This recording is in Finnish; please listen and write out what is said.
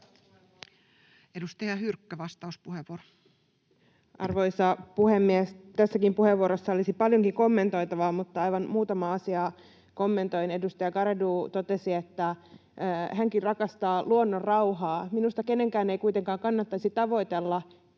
Time: 20:12 Content: Arvoisa puhemies! Tässäkin puheenvuorossa olisi paljonkin kommentoitavaa, mutta aivan muutamaa asiaa kommentoin. Edustaja Garedew totesi, että hänkin rakastaa luonnonrauhaa. Minusta kenenkään ei kuitenkaan kannattaisi tavoitella